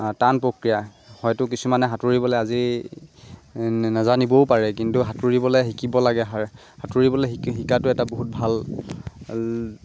টান প্ৰক্ৰিয়া হয়তো কিছুমানে সাঁতুৰিবলৈ আজি নাজানিবও পাৰে কিন্তু সাঁতুৰিবলৈ শিকিব লাগে সাঁতুৰিবলৈ শিকটো এটা বহুত ভাল